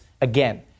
again